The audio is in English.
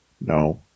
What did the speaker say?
no